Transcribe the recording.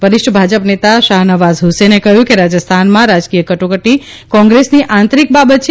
વરિષ્ઠ ભાજપ નેતા શાહનવાઝ ફ્સેને કહ્યું છે કે રાજસ્થાનમાં રાજકીય કટોકટી કોંગ્રેસની આંતરિક બાબત છે